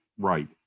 right